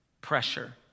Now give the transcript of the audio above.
pressure